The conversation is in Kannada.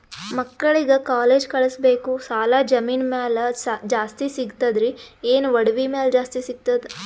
ಮಕ್ಕಳಿಗ ಕಾಲೇಜ್ ಕಳಸಬೇಕು, ಸಾಲ ಜಮೀನ ಮ್ಯಾಲ ಜಾಸ್ತಿ ಸಿಗ್ತದ್ರಿ, ಏನ ಒಡವಿ ಮ್ಯಾಲ ಜಾಸ್ತಿ ಸಿಗತದ?